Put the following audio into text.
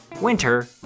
Winter